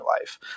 life